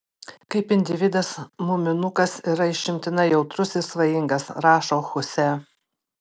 kaip individas muminukas yra išimtinai jautrus ir svajingas rašo huse